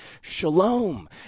Shalom